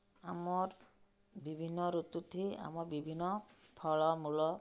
ଆମର୍ ବିଭିନ୍ନ ଋତୁଥି ଆମର୍ ବିଭିନ୍ନ ଫଳ ମୂଳ